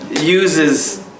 uses